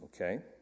okay